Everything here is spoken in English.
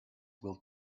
will